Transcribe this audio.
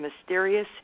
mysterious